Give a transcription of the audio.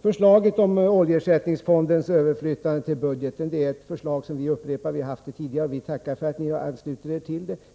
Förslaget om oljeersättningsfondens överflyttande till budgeten är ett förslag som vi upprepar. Vi har haft det tidigare, och vi tackar för att ni har anslutit er till det.